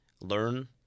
learn